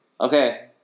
Okay